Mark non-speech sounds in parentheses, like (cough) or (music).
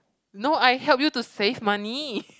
no I helped you to save money (breath)